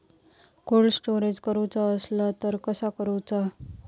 Cold storage करूचा असला तर कसा करायचा?